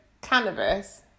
cannabis